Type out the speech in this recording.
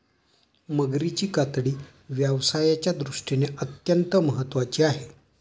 मगरीची कातडी व्यवसायाच्या दृष्टीने अत्यंत महत्त्वाची आहे